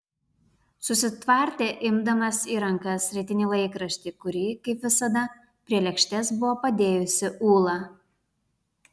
susitvardė imdamas į rankas rytinį laikraštį kurį kaip visada prie lėkštės buvo padėjusi ūla